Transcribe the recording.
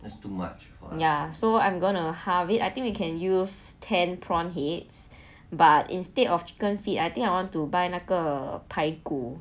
ya so I'm gonna halve it I think we can use ten prawn heads but instead of chicken feet I think I want to buy 那个排骨